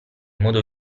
modo